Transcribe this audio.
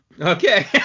okay